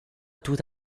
tout